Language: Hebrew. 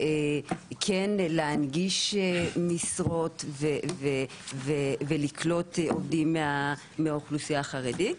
כן להנגיש משרות ולקלוט עובדים מהאוכלוסייה החרדית.